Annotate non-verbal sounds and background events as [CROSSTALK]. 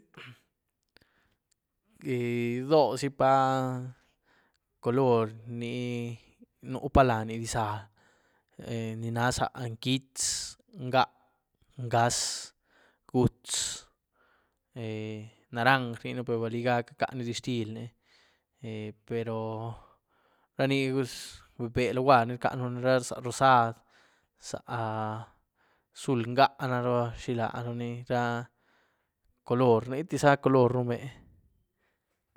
[HESITATION] dózi pa colory ni nupá laáni diza, [HESITATION] ni na za nquítz, n'gá, ngáz, gút'z, [HESITATION] eh naranj rniën per beliga rcá ni dizhtilly ni, [HESITATION] eh pero ra nidiz be be luguary ni rcáën lan, za rosad, za àh zul n'gá na, [UNINTELLIGIBLE] zoóh xilaruní ra colory, nitíza colory rumbé.